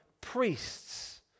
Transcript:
priests